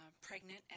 pregnant